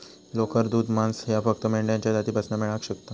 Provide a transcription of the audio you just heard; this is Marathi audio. लोकर, दूध, मांस ह्या फक्त मेंढ्यांच्या जातीपासना मेळाक शकता